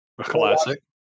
Classic